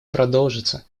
продолжатся